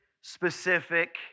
specific